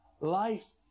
Life